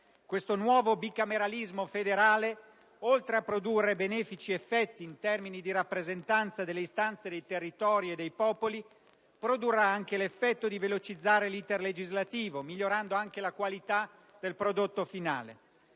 Questo nuovo bicameralismo federale, oltre a produrre benefici effetti in termini di rappresentanza delle istanze dei territori e dei popoli, produrrà anche l'effetto di velocizzare l'*iter* legislativo migliorando anche la qualità del prodotto finale.